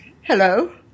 hello